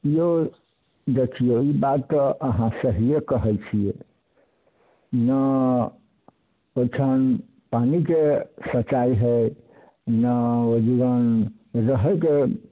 यौ देखिऔ ई बात तऽ अहाँ सहिए कहै छिए नहि एहिठाम पानीके सच्चाइ हइ नहि ओहिजग रहैके